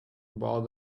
about